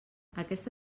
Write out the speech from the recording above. aquesta